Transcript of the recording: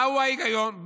מהו ההיגיון?